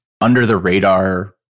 under-the-radar